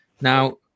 Now